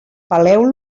peleu